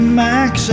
max